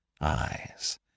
eyes